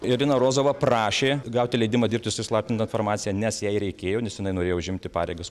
irina rozova prašė gauti leidimą dirbti su įslaptinta informacija nes jai reikėjo nes jinai norėjo užimti pareigas